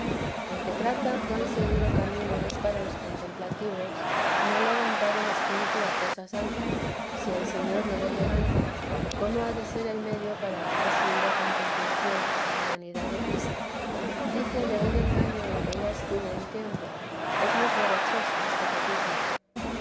en que trata cuan seguro camino es para los contemplativos no levantar el espíritu a cosas altas si el señor no le levanta y cómo ha de ser el medio para la más subida contemplación la humanidad de cristo dice de un engaño en que ella estuvo un tiempo es muy provechoso este capítulo